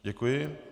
Děkuji.